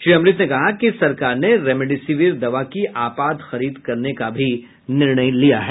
श्री अमृत ने कहा कि सरकार ने रेमडिसिविर दवा की आपात खरीद करने का भी निर्णय लिया है